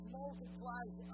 multiplies